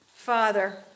Father